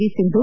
V Sindhu